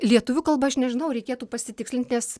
lietuvių kalba aš nežinau reikėtų pasitikslint nes